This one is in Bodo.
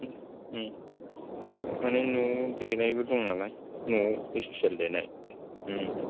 माने न'आव देनायबो दं नालाय न'आव स्पिसियेल देनाय